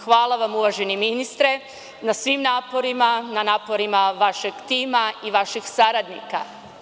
Hvala vam uvaženi ministre na svim naporima, na naporima vašeg tima i vaših saradnika.